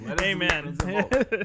amen